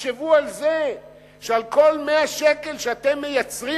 תחשבו על זה שעל כל 100 שקל שאתם מייצרים,